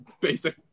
basic